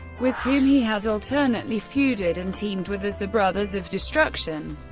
with whom he has alternately feuded and teamed with as the brothers of destruction.